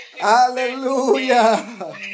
Hallelujah